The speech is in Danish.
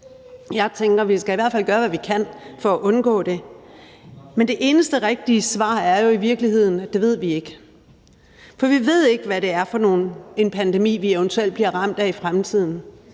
Jeg tænker, at vi i hvert fald skal gøre, hvad vi kan, for at undgå det. Men det eneste rigtige svar er jo i virkeligheden, at det ved vi ikke. For vi ved ikke, hvad det er for en pandemi, vi eventuelt bliver ramt af i fremtiden.